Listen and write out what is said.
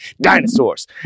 dinosaurs